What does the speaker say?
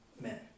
men